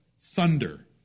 thunder